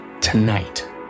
tonight